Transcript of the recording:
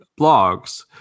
blogs